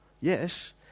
Yes